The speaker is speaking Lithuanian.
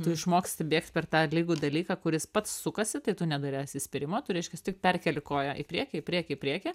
tu išmoksti bėgt per tą lygų dalyką kuris pats sukasi tai tu nedarai atsispyrimo tu reiškias tik perkeli koją į priekį į priekį į priekį